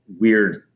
weird